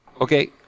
Okay